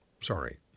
sorry